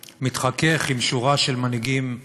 מתחכך עם שורה של מנהיגים אפריקנים,